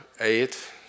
eight